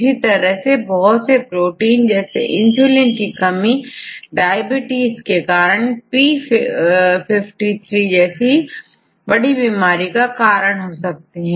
इसी तरह से बहुत से प्रोटीन जैसे इंसुलिन की कमी डायबिटीज का कारण हैp53 जैसे बड़ी बीमारी का कारण हो सकते हैं